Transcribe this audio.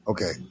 Okay